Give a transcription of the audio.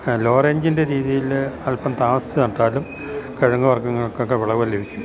law റേഞ്ചിൻ്റെ രീതിയില് അൽപ്പം താമസിച്ചു നട്ടാലും കിഴങ്ങുവർഗ്ഗങ്ങൾക്കൊക്കെ വിളവു ലഭിക്കും